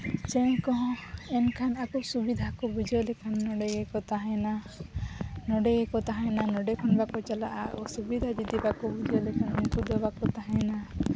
ᱪᱮᱬᱮ ᱠᱚᱦᱚᱸ ᱮᱱᱠᱷᱟᱱ ᱟᱠᱚ ᱥᱩᱵᱤᱫᱷᱟ ᱠᱚ ᱵᱩᱡᱷᱟᱹᱣ ᱞᱮᱠᱷᱟᱱ ᱱᱚᱸᱰᱮ ᱜᱮᱠᱚ ᱛᱟᱦᱮᱱᱟ ᱱᱚᱸᱰᱮ ᱠᱷᱚᱱ ᱵᱟᱠᱚ ᱪᱟᱞᱟᱜᱼᱟ ᱚᱥᱩᱵᱤᱫᱷᱟ ᱡᱩᱫᱤ ᱵᱟᱠᱚ ᱵᱩᱡᱷᱟᱹᱣ ᱞᱮᱠᱷᱟᱱ ᱩᱱᱠᱩ ᱫᱚ ᱵᱟᱠᱚ ᱛᱟᱦᱮᱱᱟ